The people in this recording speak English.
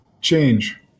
change